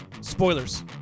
spoilers